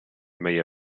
meie